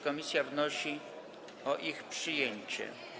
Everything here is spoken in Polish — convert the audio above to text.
Komisja wnosi o ich przyjęcie.